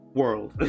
world